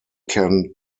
can